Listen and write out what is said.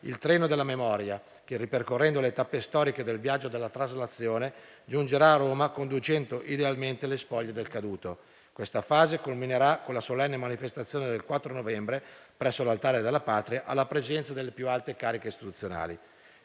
il treno della memoria, che, ripercorrendo le tappe storiche del viaggio della traslazione, giungerà a Roma conducendo idealmente le spoglie del caduto. Questa fase culminerà con la solenne manifestazione del 4 novembre, presso l'Altare della Patria, alla presenza delle più alte cariche istituzionali.